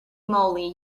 moly